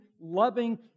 loving